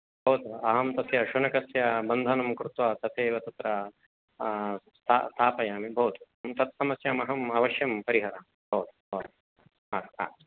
भवतु अहं तस्य शुनकस्य बन्धनं कृत्वा तथैव तत्र स्था स्थापयामि भवतु अहं तत् समस्याम् अहम् अवश्यं परिहरामि भवतु भवतु